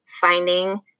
finding